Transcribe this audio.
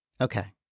Okay